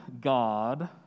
God